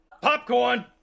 Popcorn